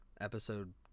Episode